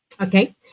Okay